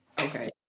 okay